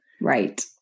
Right